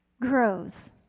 grows